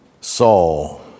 Saul